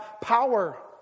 power